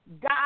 God